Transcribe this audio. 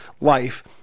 life